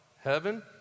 Heaven